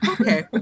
Okay